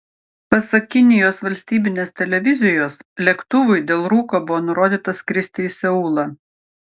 pasak kinijos valstybinės televizijos lėktuvui dėl rūko buvo nurodyta skristi į seulą